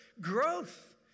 growth